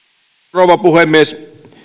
rouva puhemies